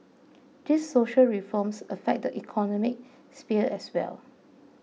these social reforms affect the economic sphere as well